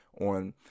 on